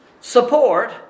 support